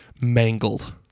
mangled